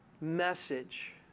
message